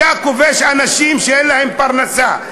אתה כובש אנשים שאין להם פרנסה,